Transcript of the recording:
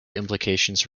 implications